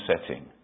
setting